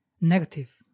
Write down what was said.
negative